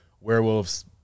werewolves